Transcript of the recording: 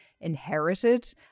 inherited